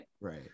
Right